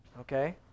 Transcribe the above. okay